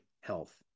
health